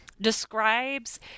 describes